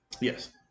Yes